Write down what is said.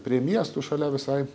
prie miestų šalia visai